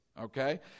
Okay